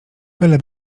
byle